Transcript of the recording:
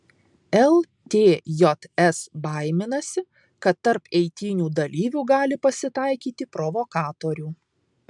ltjs baiminasi kad tarp eitynių dalyvių gali pasitaikyti provokatorių